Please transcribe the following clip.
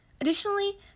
Additionally